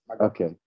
Okay